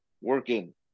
working